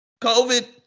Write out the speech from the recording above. COVID